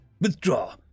withdraw